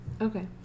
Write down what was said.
Okay